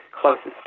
closest